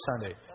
Sunday